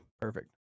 perfect